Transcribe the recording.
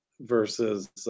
versus